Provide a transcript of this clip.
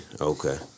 okay